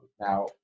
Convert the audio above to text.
now